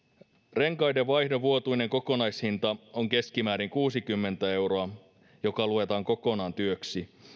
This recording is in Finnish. renkaidenvaihdon vuotuinen kokonaishinta on keskimäärin kuusikymmentä euroa joka luetaan kokonaan työksi